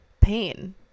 pain